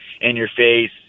in-your-face